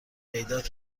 پیدات